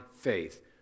faith